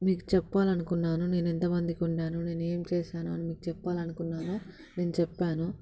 మీకు చెప్పాలనుకున్నాను నేను ఎంతమందికి వండాను నేను ఏంచేశాను అని చెప్పాలనుకున్నాను నేను చెప్పాను